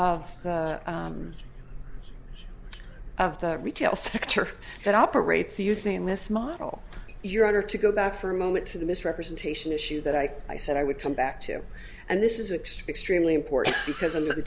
of of the retail sector that operates using this model your honor to go back for a moment to the misrepresentation issue that i said i would come back to and this is extremely important because